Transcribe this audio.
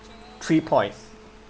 three points